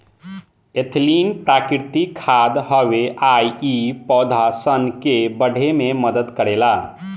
ethylene प्राकृतिक खाद हवे आ इ पौधा सन के बढ़े में मदद करेला